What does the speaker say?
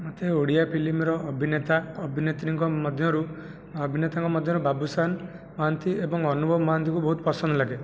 ମୋତେ ଓଡ଼ିଆ ଫିଲ୍ମର ଅଭିନେତା ଅଭିନେତ୍ରୀଙ୍କ ମଧ୍ୟରୁ ଅଭିନେତାଙ୍କ ମଧ୍ୟରୁ ବାବୁସାନ ମହାନ୍ତି ଏବଂ ଅନୁଭବ ମହାନ୍ତିଙ୍କୁ ବହୁତ ପସନ୍ଦ ଲାଗେ